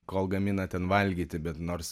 kol gamina ten valgyti bet nors